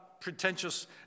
pretentious